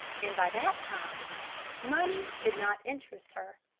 and by that time money did not interest her.